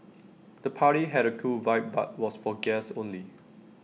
the party had A cool vibe but was for guests only